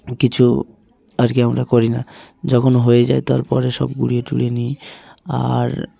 কিছু আর কি আমরা করি না যখন হয়ে যায় তারপরে সব ঘুরিয়ে টুরিয়ে নিই আর